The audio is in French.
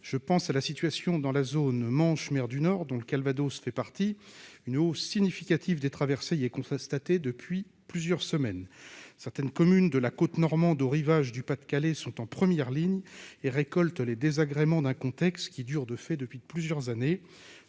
Je pense à la situation dans la zone Manche-mer du Nord, dont le département du Calvados fait partie : une hausse significative des traversées y est constatée depuis plusieurs semaines. Certaines communes, de la côte normande aux rivages du Pas-de-Calais, sont en première ligne et récoltent les désagréments d'un contexte qui dure de fait depuis plusieurs années.